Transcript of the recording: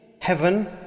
heaven